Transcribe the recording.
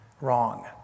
Wrong